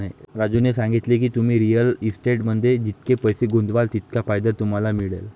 राजूने सांगितले की, तुम्ही रिअल इस्टेटमध्ये जितके पैसे गुंतवाल तितका फायदा तुम्हाला मिळेल